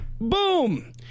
Boom